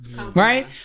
Right